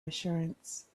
assurance